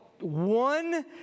One